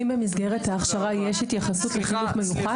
האם במסגרת ההכשרה יש התייחסות לחינוך מיוחד?